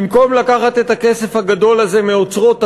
במקום לקחת את הכסף הגדול הזה מאוצרות הטבע,